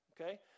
okay